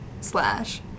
slash